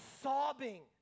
sobbing